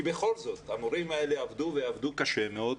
כי בכל זאת, המורים האלה עבדו, ועבדו קשה מאוד,